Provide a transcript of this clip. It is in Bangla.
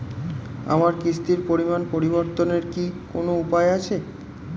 আমার কিস্তির পরিমাণ পরিবর্তনের কি কোনো উপায় আছে?